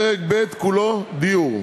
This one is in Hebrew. פרק ב' כולו, דיור,